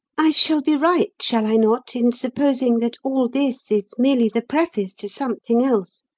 i shall be right, shall i not, in supposing that all this is merely the preface to something else?